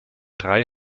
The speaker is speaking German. drei